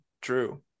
True